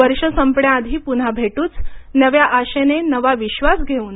वर्ष संपण्याआधी पुन्हा भेटूच नव्या आशेने नवा विश्वास घेऊन